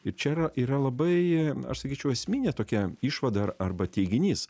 ir čia yra yra labai aš sakyčiau esminė tokia išvada ar arba teiginys